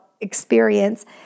experience